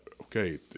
okay